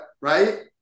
right